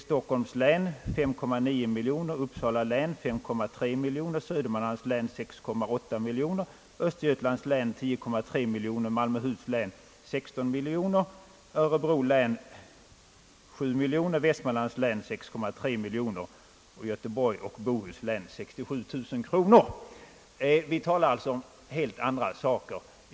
Stockholms län får 5,9 miljoner, Uppsala län 5,3 miljoner, Södermanlands län 6,8 miljoner, Östergötlands län 10,3 miljoner, Malmöhus län 16 miljoner, Örebro län 7 miljoner, Västmanlands län 6,3 miljoner och Göteborgs och Bohus län 67 000 kronor. Vi talar alltså om helt andra saker.